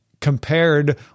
compared